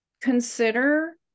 consider